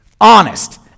honest